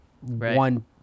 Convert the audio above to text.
one